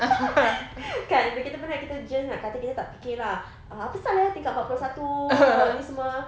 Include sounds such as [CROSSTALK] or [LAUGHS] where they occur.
[LAUGHS] kan bila kita penat kita just nak katil kita tak fikir lah ah apesal eh tingkat empat puluh satu ni semua